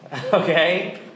Okay